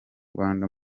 rwanda